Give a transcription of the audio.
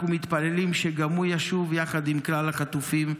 אנחנו מתפללים שגם הוא ישוב יחד עם כלל החטופים.